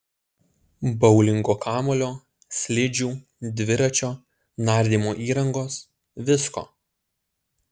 boulingo kamuolio slidžių dviračio nardymo įrangos visko